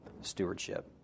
stewardship